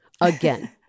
again